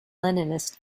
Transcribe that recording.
leninist